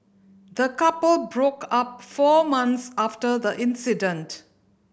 the couple broke up four months after the incident